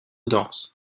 danse